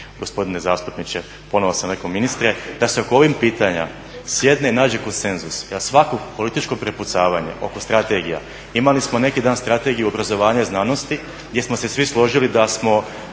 gospodine zastupniče, ponovo sam rekao ministre, da se oko ovih pitanja sjedne i nađe konsenzus da svako političko prepucavanje oko strategija. Imali smo neki dan Strategiju obrazovanja i znanosti gdje smo se svi složili da smo